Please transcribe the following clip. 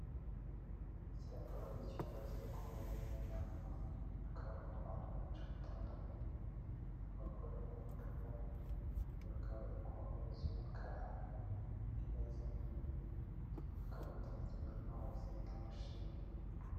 Iki akaba ari icyumba kiri kuberamo inama, hakaba harimo abantu benshi batandukanye, abagore, abagabo, bakaba bari ku ntebe z'umukara, imeza nini, bakaba biteretse imbere amazi na mashini.